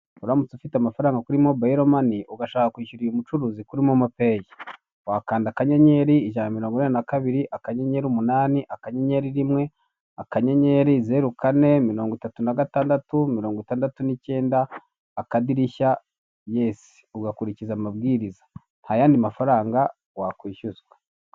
Uramutse ufite amafaranga kuri mobayilo mani, ugashaka kwishyura uyu umucuruzi kuri momo peyi. Wakanda akanyenyeri, ijana na mirongo inane na kabiri, akanyenyeri, umunani, akanyenyeri, rimwe, akanyenyeri, zero, kane, mirongo itatu na gatandatu, mirongo itandatu n'icyenda, akadirishya, yesi. Ugakurikiza amabwiriza. Nta yandi mafaranga wakwishyuzwa.